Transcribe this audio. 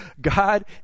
God